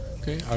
Okay